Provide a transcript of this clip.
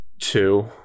Two